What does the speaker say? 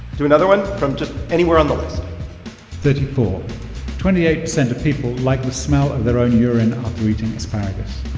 do another one from just anywhere on the list thirty-four twenty eight percent of people like the smell of their own urine after eating asparagus.